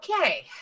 Okay